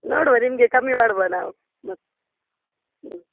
ನೋಡುವ ನಿಮಗೆ ಕಮ್ಮಿ ಮಾಡುವ ನಾವು ಮತ್ತು ಹ್ಞೂ